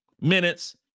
minutes